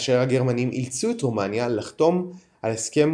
כאשר הגרמנים אילצו את רומניה לחתום על הסכם